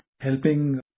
helping